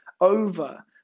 over